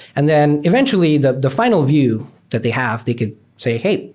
and then eventually the the final view that they have, they could say, hey,